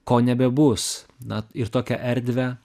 ko nebebus na ir tokią erdvę